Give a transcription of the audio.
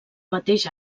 mateix